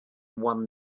one